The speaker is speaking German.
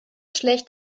schlecht